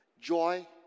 Joy